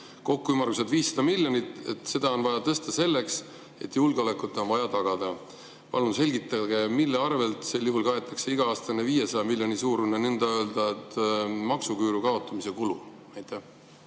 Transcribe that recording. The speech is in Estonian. kokku ümmarguselt 500 miljonit, et makse on vaja tõsta selleks, et on vaja julgeolekut tagada. Palun selgitage, mille arvelt sel juhul kaetakse iga-aastane 500 miljoni suurune nii-öelda maksuküüru kaotamise kulu.